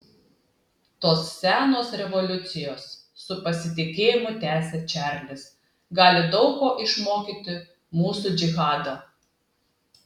tos senos revoliucijos su pasitikėjimu tęsia čarlis gali daug ko išmokyti mūsų džihadą